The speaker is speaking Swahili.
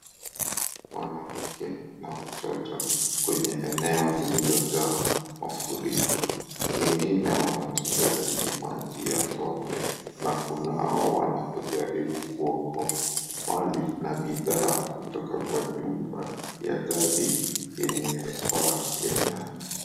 Mwanamke na watoto kwenye eneo lililo jaa mafuriko. Wengine wanatembea kwenye maji ya tope na kunao wanao jaribu kuokoa mali na bidhaa kutoka kwa nyumba ya jadi, yenye paa ya nyasi.